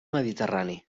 mediterrani